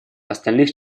остальных